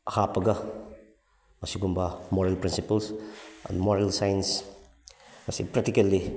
ꯍꯥꯞꯄꯒ ꯃꯁꯤꯒꯨꯝꯕ moral principles moral science ꯑꯁꯤ ꯄ꯭ꯔꯦꯛꯇꯤꯀꯦꯜꯂꯤ